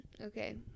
Okay